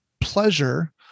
pleasure